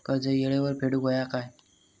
कर्ज येळेवर फेडूक होया काय?